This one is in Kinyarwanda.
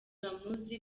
bamuzi